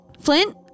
Flint